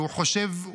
והוא חושב,